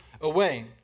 away